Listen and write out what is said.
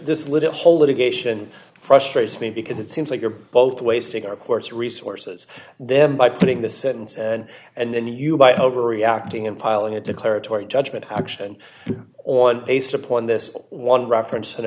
this little hole litigation frustrates me because it seems like you're both wasting our court's resources then by putting the sentence and then you by overreacting and piling a declaratory judgment action on based upon this one reference